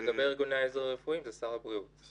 לגבי ארגוני עזר רפואיים זה שר הבריאות.